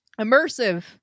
immersive